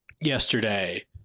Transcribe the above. yesterday